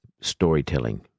storytelling